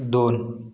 दोन